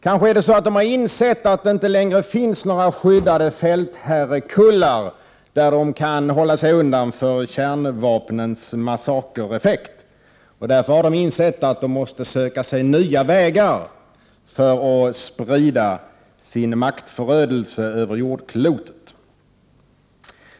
Kanske är det så, att de har insett att det inte längre finns några skyddade fältherrekullar där de kan hålla sig undan kärnvapnens massakereffekt, och att de därför måste söka sig nya vägar för att sprida sin maktförödelse över jordklotet.